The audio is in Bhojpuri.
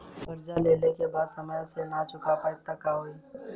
कर्जा लेला के बाद समय से ना चुका पाएम त का होई?